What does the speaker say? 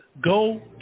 go